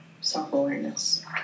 self-awareness